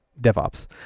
DevOps